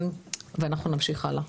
ואנחנו נמשיך הלאה.